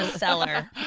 cellar.